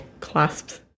clasps